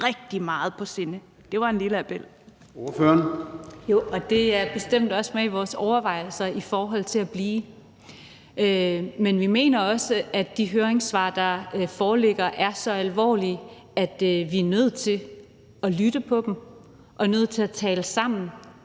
Kl. 14:13 Katrine Daugaard (LA): Jo, og det er bestemt også med i vores overvejelser i forhold til at blive. Men vi mener også, at de høringssvar, der foreligger, er så alvorlige, at vi er nødt til at lytte til dem og nødt til at tale sammen